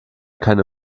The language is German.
keine